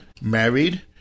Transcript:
married